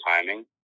timing